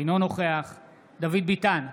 אינו נוכח דוד ביטן,